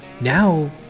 now